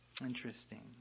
Interesting